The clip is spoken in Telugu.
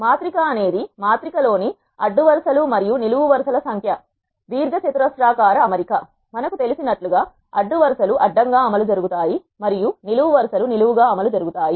మాత్రిక అనేది మాత్రిక లోని అడ్డువరుసలు మరియు నిలువు వరుస ల సంఖ్య దీర్ఘచతురస్రాకార అమరిక మనకు తెలిసినట్లుగా అడ్డు వరుస లు అడ్డంగా అమలు జరుగు తాయి మరియు నిలువు వరు సలు నిలువుగా అమలు జరుగు తాయి